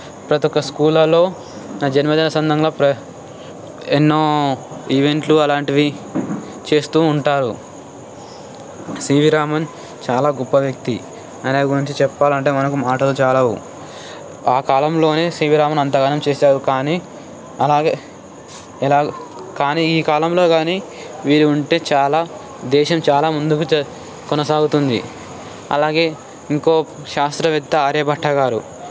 ప్రతి ఒక్క స్కూళ్లలో ఆయన జన్మదిన సందర్భంగా ఎన్నో ఈవెంట్లు అలాంటివి చేస్తూ ఉంటారు సివి రామన్ చాలా గొప్ప వ్యక్తి ఆయన గురించి చెప్పాలంటే మనకు మాటలు చాలవు ఆ కాలంలోనే సివి రామన్ అంతగానం చేశారు కానీ అలాగే ఎలా కానీ ఈ కాలంలో గానీ మీరు ఉంటే చాలా దేశం చాలా ముందుకు కొనసాగుతుంది అలాగే ఇంకో శాస్త్రవేత్త ఆర్యభట్ట గారు